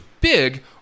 big